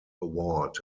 award